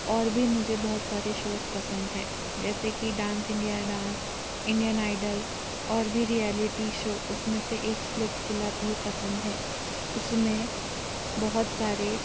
और भी मुझे बहुत सारे शोज़ पसंद हैं जैसे कि dance India dance Indian idol और भी रियेलिटी शो उसमें से एक इस्पिलिट्सविला भी पसंद है उसमें बहुत सारे